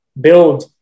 build